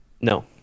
No